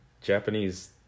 Japanese